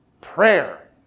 Prayer